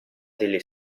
delle